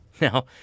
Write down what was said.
Now